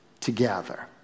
together